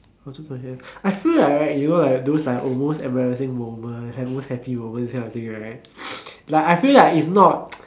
I feel like right you know like those embarrassing and those happy moment that kind of thing right like I feel like is not